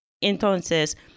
Entonces